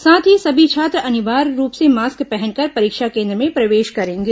साथ ही सभी छात्र अनिवार्य रूप से मास्क पहनकर परीक्षा केन्द्र में प्रवेश करेंगे